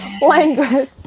language